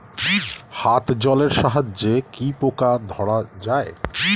হাত জলের সাহায্যে কি পোকা ধরা যায়?